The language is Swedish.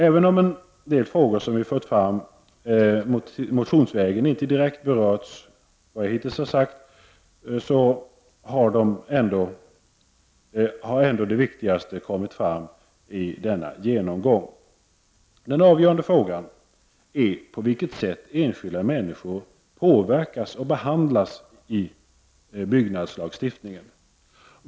Även om en del frågor som vi fört fram motionsvägen inte direkt berörts av vad jag hittills har sagt har ändå de viktigaste kommit med i denna genomgång. Den avgörande frågan är på vilket sätt enskilda människor påverkas av och behandlas i bygglagstiftningen.